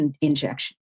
injection